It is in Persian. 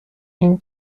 این